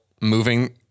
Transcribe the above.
moving